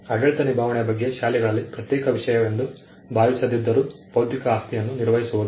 ಆಡಳಿತ ನಿಭಾವಣೆ ಬಗ್ಗೆ ಶಾಲೆಗಳಲ್ಲಿ ಪ್ರತ್ಯೇಕ ವಿಷಯವೆಂದು ಭಾವಿಸದಿದ್ದರೂ ಬೌದ್ಧಿಕ ಆಸ್ತಿಯನ್ನು ನಿರ್ವಹಿಸುವುದು